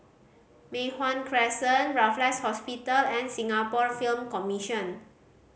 Mei Hwan Crescent Raffles Hospital and Singapore Film Commission